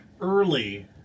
early